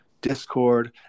Discord